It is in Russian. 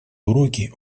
уроки